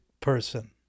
person